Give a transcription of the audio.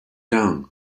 down